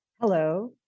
Hello